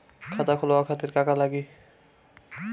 खाता खोलवाए खातिर का का लागी?